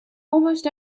almost